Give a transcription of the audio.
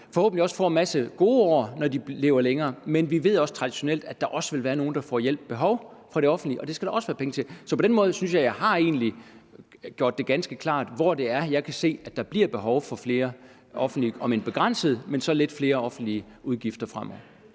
forhåbentlig også får en masse gode år, når de lever længere. Men vi ved også, at der traditionelt set er nogle, der får hjælp behov fra det offentlige, og det skal der også være penge til. På den måde synes jeg, at jeg egentlig har gjort det ganske klart, hvor det er, jeg kan se, at der bliver behov for flere penge til det offentlige, om end begrænset. Men der bliver lidt flere offentlige udgifter fremover.